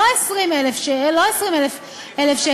לא 20,000 שקל,